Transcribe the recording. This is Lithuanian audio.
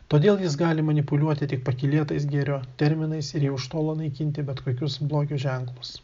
todėl jis gali manipuliuoti tik pakylėtais gėrio terminais ir jau iš tolo naikinti bet kokius blogio ženklus